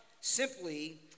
simply